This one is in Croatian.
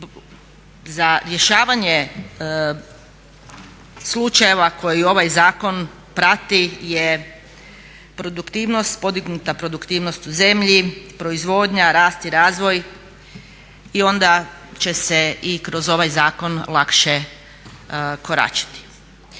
za rješavanje slučajeva koje ovaj zakon prati je produktivnost, podignuta produktivnost u zemlji, proizvodnja, rast i razvoj i onda će se i kroz ovaj zakon lakše koračati.